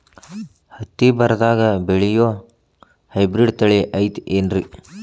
ಹತ್ತಿ ಬರದಾಗ ಬೆಳೆಯೋ ಹೈಬ್ರಿಡ್ ತಳಿ ಐತಿ ಏನ್ರಿ?